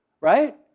Right